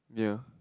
ya